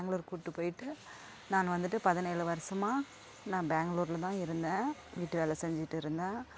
பேங்களூர் கூப்பிட்டு போயிட்டு நான் வந்துட்டு பதினேழு வருஷமா நா பேங்களூர்லதான் இருந்தேன் வீட்டு வேலை செஞ்சுட்டு இருந்தேன்